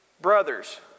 brothers